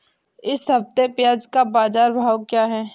इस हफ्ते प्याज़ का बाज़ार भाव क्या है?